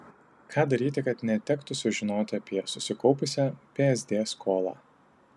ką daryti kad netektų sužinoti apie susikaupusią psd skolą